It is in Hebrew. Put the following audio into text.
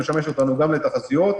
שמשמש אותנו גם לתחזיות.